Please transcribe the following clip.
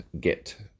get